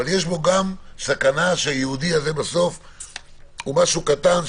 אבל יש בו גם סכנה שהייעודי הזה הוא משהו קטן,